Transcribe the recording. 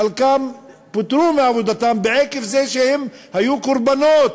חלקם פוטרו מעבודתם עקב זה שהם היו קורבנות